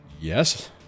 Yes